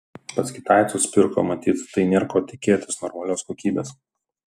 pas kitaicus pirko matyt tai nėr ko tikėtis normalios kokybės